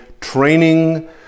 training